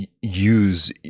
use